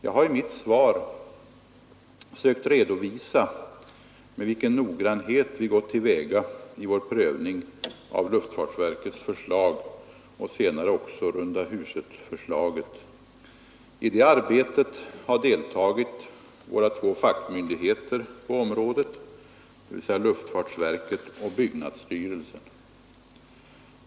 Jag har i mitt svar sökt redovisa med vilken noggrannhet vi gått till väga i vår prövning av luftfartsverkets förslag och senare också rundahusetförslaget. I det arbetet har deltagit våra två fackmyndigheter på området, dvs. luftfartsverket och byggnadsstyrelsen.